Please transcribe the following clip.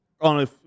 on